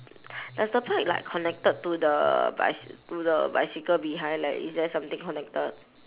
does the bike like connected to the bicy~ to the bicycle behind like is there something connected